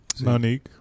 Monique